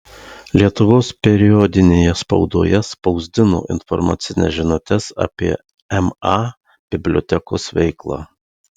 lietuvos periodinėje spaudoje spausdino informacines žinutes apie ma bibliotekos veiklą